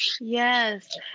Yes